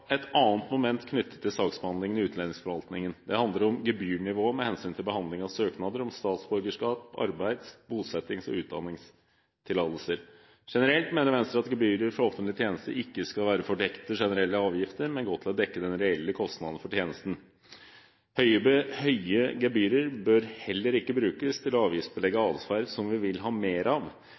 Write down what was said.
et annet moment knyttet til saksbehandlingen i utlendingsforvaltningen. Det handler om gebyrnivået med hensyn til behandling av søknader om statsborgerskap og arbeids-, bosettings- og utdanningstillatelser. Generelt mener Venstre at gebyrer for offentlige tjenester ikke skal være fordekte generelle avgifter, men gå til å dekke den reelle kostnaden for tjenesten. Høye gebyrer bør heller ikke brukes til å avgiftsbelegge atferd som vi vil ha mer av,